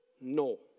No